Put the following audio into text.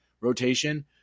rotation